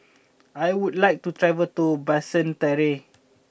I would like to travel to Basseterre